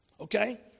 Okay